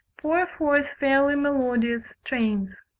pour forth fairly melodious strains.